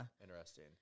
interesting